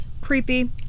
creepy